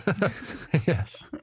Yes